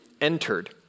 entered